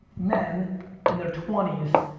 men in their twenty